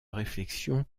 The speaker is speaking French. réflexion